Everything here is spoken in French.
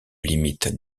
limite